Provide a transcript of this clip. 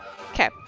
Okay